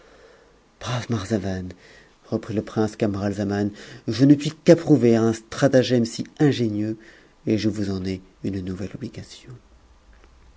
marzavan reprit le prince camaralzaman je ne puis qu'approuver un stratagème si ingénieux et je vous en ai une nouvette obligation